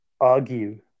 argue